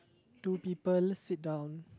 two people sit down